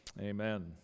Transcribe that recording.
Amen